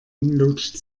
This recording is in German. lutscht